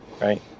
right